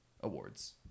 awards